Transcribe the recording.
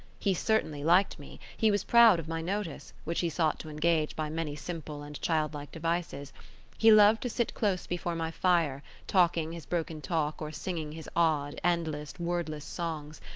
he certainly liked me he was proud of my notice, which he sought to engage by many simple and childlike devices he loved to sit close before my fire, talking his broken talk or singing his odd, endless, wordless songs,